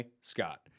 scott